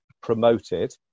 promoted